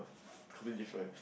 completely different